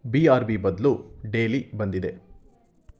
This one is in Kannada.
ಬಿ ಆರ್ ಬಿ ಬದಲು ಡೇಲಿ ಬಂದಿದೆ